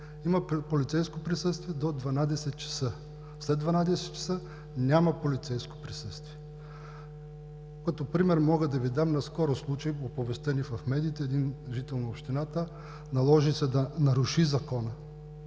Има полицейско присъствие до 24,00 ч., след 24,00 ч. няма полицейско присъствие. Като пример мога да Ви дам наскоро случай, оповестен и в медиите: един жител на общината се наложи да наруши закона,